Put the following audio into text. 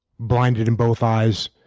blinded in both eyes.